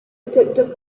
addictive